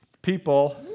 People